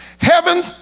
heaven